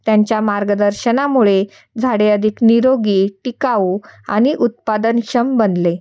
त्यांच्या मार्गदर्शनामुळे झाडे अधिक निरोगी टिकावू आणि उत्पादनक्षम बनले